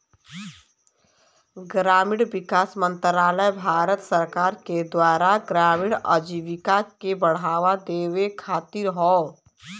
ग्रामीण विकास मंत्रालय भारत सरकार के द्वारा ग्रामीण आजीविका के बढ़ावा देवे खातिर हौ